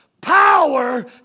Power